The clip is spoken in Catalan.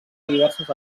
diverses